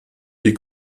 die